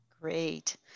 Great